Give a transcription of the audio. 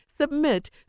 Submit